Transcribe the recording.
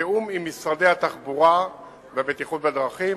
בתיאום עם משרדי התחבורה והבטיחות בדרכים,